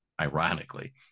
ironically